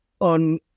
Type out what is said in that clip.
on